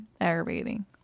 aggravating